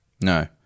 no